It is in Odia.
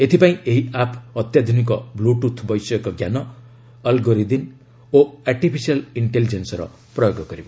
ଏଥିପାଇଁ ଏହି ଆପ୍ ଅତ୍ୟାଧୁନିକ ବ୍ଲଟୁଥ୍ ବୈଷୟିକଜ୍ଞାନ ଆଲଗୋରିଦିନ୍ ଓ ଆର୍ଟିଫିସିଆଲ୍ ଇକ୍ଷେଲିଜେନ୍ସର ପ୍ରୟୋଗ କରିବ